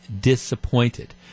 disappointed